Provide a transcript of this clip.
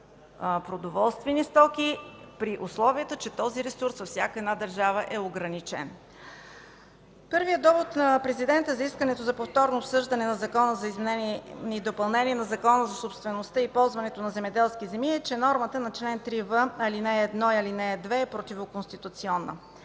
продоволствени стоки, при условие че този ресурс във всяка една държава е ограничен. Първият довод на Президента за искането за повторно обсъждане на Закона за изменение и допълнение на Закона за собствеността и ползването на земеделски земи е, че нормата на чл. 3в, ал. 1 и 2 е противоконституционна.